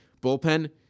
bullpen